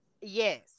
Yes